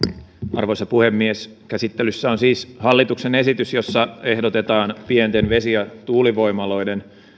arvoisa puhemies käsittelyssä on siis hallituksen esitys jossa ehdotetaan pienten vesi ja tuulivoimaloiden